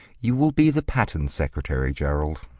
you will be the pattern secretary, gerald.